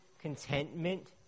contentment